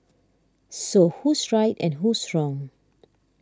so who's right and who's wrong